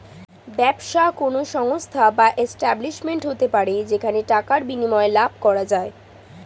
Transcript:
ব্যবসা কোন সংস্থা বা এস্টাব্লিশমেন্ট হতে পারে যেখানে টাকার বিনিময়ে লাভ করা যায়